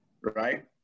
right